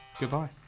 Goodbye